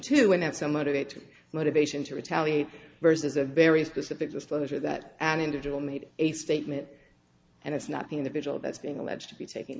have some other great motivation to retaliate versus a very specific just closure that an individual made a statement and it's not the individual that's being alleged to be taking